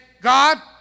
God